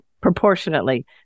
proportionately